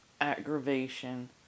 aggravation